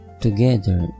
together